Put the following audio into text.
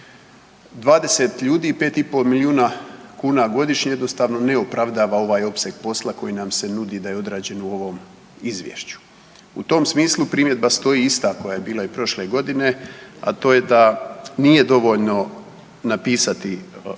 20 ljudi 5,5 milijuna kuna godišnje jednostavno ne opravdava ovaj opseg posla koji nam se nudi da je odrađen u ovom izvješću. U tom smislu primjedba stoji ista koja je bila i prošle godine, a to je da nije dovoljno napisati